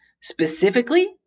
Specifically